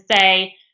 say